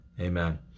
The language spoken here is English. Amen